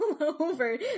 over